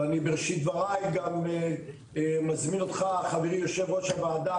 ואני בראשית דברי גם מזמין אותך חברי יו"ר הוועדה,